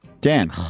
Dan